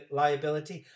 liability